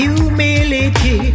Humility